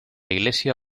iglesia